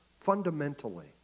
fundamentally